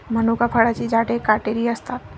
मनुका फळांची झाडे काटेरी असतात